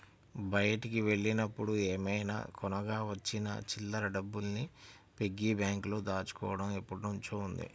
బయటికి వెళ్ళినప్పుడు ఏమైనా కొనగా వచ్చిన చిల్లర డబ్బుల్ని పిగ్గీ బ్యాంకులో దాచుకోడం ఎప్పట్నుంచో ఉంది